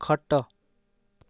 ଖଟ